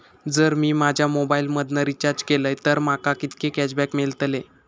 जर मी माझ्या मोबाईल मधन रिचार्ज केलय तर माका कितके कॅशबॅक मेळतले?